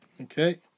Okay